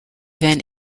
then